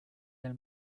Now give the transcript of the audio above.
del